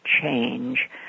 change